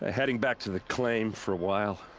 ah heading back to the claim for a while.